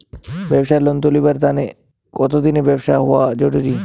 ব্যাবসার লোন তুলিবার তানে কতদিনের ব্যবসা হওয়া জরুরি?